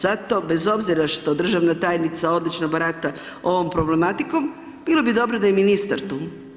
Zato bez obzira što državna tajnica odlično barata ovom problematikom, bilo bi dobro da je i ministar tu.